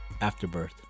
Afterbirth